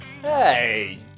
Hey